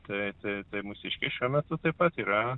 tai tai tai mūsiškiai šiuo metu taip pat yra